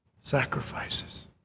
sacrifices